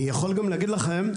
אני יכול גם להגיד לכם,